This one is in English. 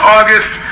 August